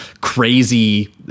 crazy